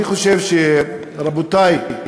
רבותי,